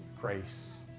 grace